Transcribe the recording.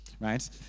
right